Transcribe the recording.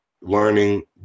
learning